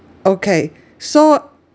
okay so